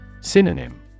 Synonym